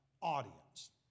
audience